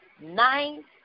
ninth